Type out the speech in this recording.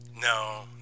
No